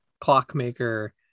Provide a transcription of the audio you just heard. clockmaker